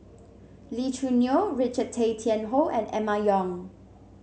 Lee Choo Neo Richard Tay Tian Hoe and Emma Yong